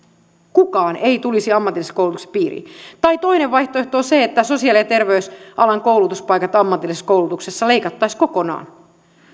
kukaan ei tulisi ammatillisen koulutuksen piiriin tai toinen vaihtoehto on se että sosiaali ja terveysalan koulutuspaikat ammatillisessa koulutuksessa leikattaisiin kokonaan